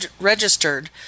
registered